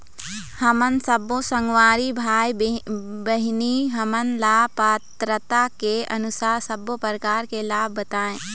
हमन सब्बो संगवारी भाई बहिनी हमन ला पात्रता के अनुसार सब्बो प्रकार के लाभ बताए?